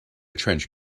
trench